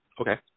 Okay